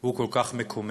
הוא כל כך מקומם: